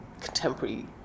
contemporary